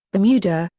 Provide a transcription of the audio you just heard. bermuda,